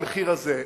במחיר הזה,